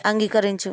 అంగీకరించు